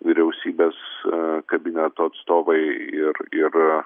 vyriausybės kabineto atstovai ir ir